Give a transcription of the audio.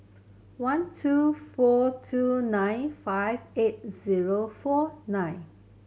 one two four two nine five eight zero four nine